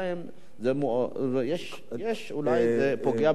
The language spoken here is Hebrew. זה פוגע ברגשות שלהם,